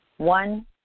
One